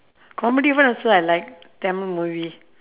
comedy one also I like tamil movie